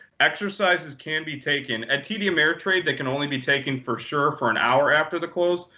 exercises can be taken. at td ameritrade, they can only be taken for sure for an hour after the close,